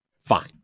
fine